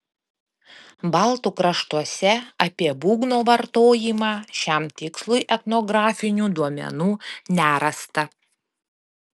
baltų kraštuose apie būgno vartojimą šiam tikslui etnografinių duomenų nerasta